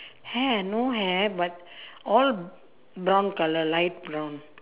hair no hair but all brown colour light brown